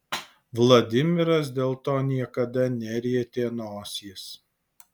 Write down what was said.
vladimiras dėl to niekada nerietė nosies